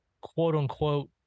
quote-unquote